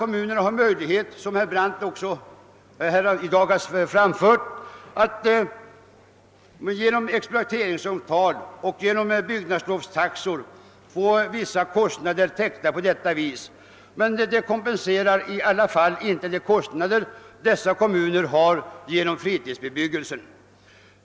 Som herr Brandt antytt är det naturligtvis möjligt för kommunerna att genom exploateringsavtal och byggnadslovstaxor få vissa kostnader täckta, men kommunerna kompenseras ändå inte för alla de kostnader de har på grund av fritidsbebyggelsen.